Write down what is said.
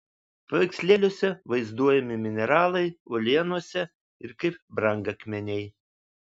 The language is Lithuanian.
paveikslėliuose vaizduojami mineralai uolienose ir kaip brangakmeniai